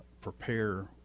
prepare